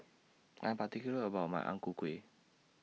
I'm particular about My Ang Ku Kueh